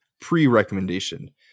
pre-recommendation